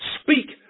Speak